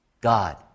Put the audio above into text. God